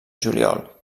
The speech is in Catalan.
juliol